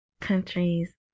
countries